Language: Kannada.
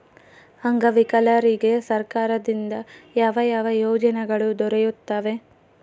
ಅಂಗವಿಕಲರಿಗೆ ಸರ್ಕಾರದಿಂದ ಯಾವ ಯಾವ ಯೋಜನೆಗಳು ದೊರೆಯುತ್ತವೆ?